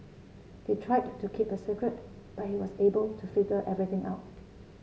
they tried to keep it a secret but he was able to figure everything out